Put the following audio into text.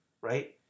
right